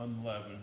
unleavened